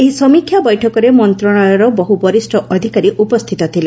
ଏହି ସମୀକ୍ଷା ବୈଠକରେ ମନ୍ତ୍ରଣାଳୟର ବହ୍ର ବରିଷ୍ଣ ଅଧିକାରୀ ଉପସ୍ଥିତ ଥିଲେ